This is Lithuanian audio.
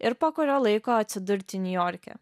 ir po kurio laiko atsidurti niujorke